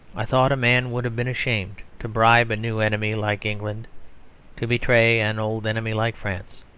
i thought a man would have been ashamed to bribe a new enemy like england to betray an old enemy like france.